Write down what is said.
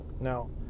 now